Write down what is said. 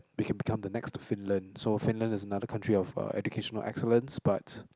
we can become the next Finland so Finland is another country of uh educational excellence but